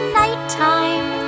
nighttime